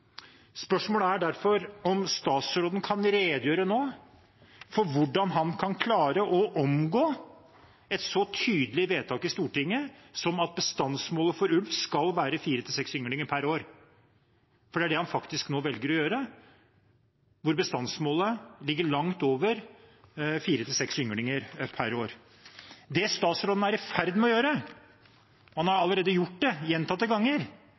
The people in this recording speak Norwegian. Spørsmålet er derfor om statsråden nå kan redegjøre for hvordan han kan klare å omgå et så tydelig vedtak i Stortinget om at bestandsmålet for ulv skal være 4–6 ynglinger per år – for det er det han nå faktisk velger å gjøre. Bestandsmålet ligger nå langt over 4–6 ynglinger per år. Det statsråden er i ferd med å gjøre – han har allerede gjort det gjentatte ganger